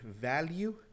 Value